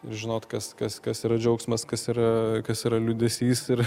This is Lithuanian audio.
žinot kas kas kas yra džiaugsmas kas yra kas yra liūdesys ir